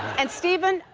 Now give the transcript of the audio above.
and, stephen,